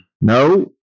no